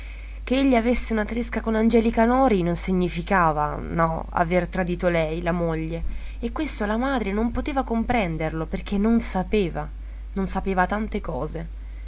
che egli avesse una tresca con angelica nori non significava no aver tradito lei la moglie e questo la madre non poteva comprenderlo perché non sapeva non sapeva tante cose